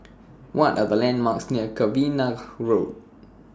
What Are The landmarks near Cavenagh Road